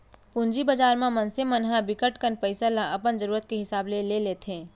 पूंजी बजार म मनसे मन ह बिकट कन पइसा ल अपन जरूरत के हिसाब ले लेथे